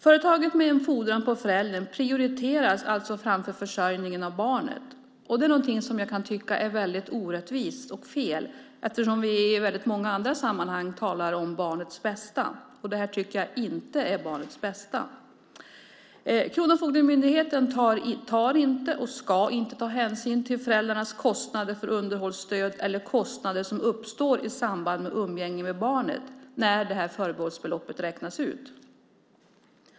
Företaget med en fordran på föräldern prioriteras framför försörjningen av barnet. Det är någonting som jag kan tycka är orättvist och fel eftersom vi i många andra sammanhang talar om barnets bästa. Det här är inte för barnets bästa. Kronofogdemyndigheten tar inte, och ska inte ta, hänsyn till föräldrarnas kostnader för underhållsstöd eller kostnader som uppstår i samband med umgänge med barnet när förbehållsbeloppet räknas ut.